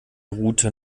route